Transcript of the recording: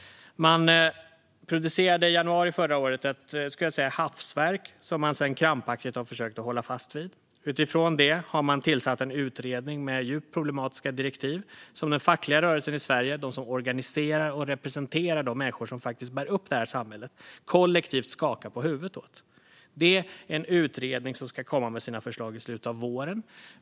I januari förra året producerades ett hafsverk som man sedan krampaktigt har försökt att hålla fast vid. Utifrån det har man tillsatt en utredning med djupt problematiska direktiv, som den fackliga rörelsen i Sverige, de som organiserar och representerar de människor som faktiskt bär upp samhället, kollektivt skakar på huvudet åt. Det är en utredning som ska komma med sina förslag i slutet av våren.